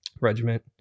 regiment